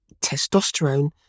testosterone